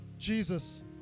Jesus